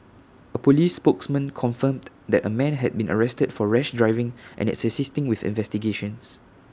A Police spokesman confirmed that A man has been arrested for rash driving and is assisting with investigations